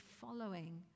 following